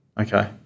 Okay